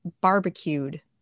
barbecued